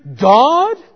God